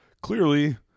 clearly